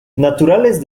naturales